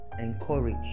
encourage